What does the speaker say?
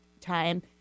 time